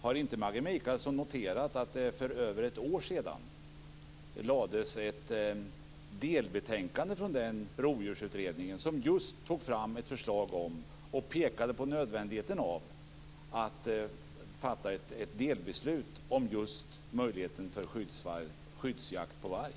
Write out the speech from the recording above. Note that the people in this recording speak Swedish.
Har inte Maggi Mikaelsson noterat att det för över ett år sedan lades fram ett delbetänkande från den rovdjursutredning som just tog fram ett förslag om och pekade på nödvändigheten av att fatta ett delbeslut om möjligheten till skyddsjakt på varg?